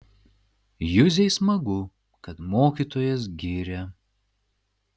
juzei smagu kad mokytojas giria